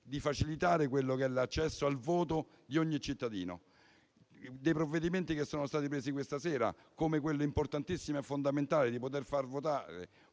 per facilitare l'accesso al voto di ogni cittadino, come fanno i provvedimenti che sono stati presi questa sera, come quello importantissimo e fondamentale che permette di votare